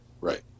Right